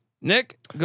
Nick